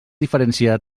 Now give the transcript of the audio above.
diferència